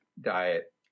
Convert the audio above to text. diet